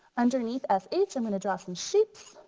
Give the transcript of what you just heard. underneath s h i'm gonna draw some shapes.